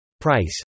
Price